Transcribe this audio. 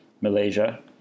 Malaysia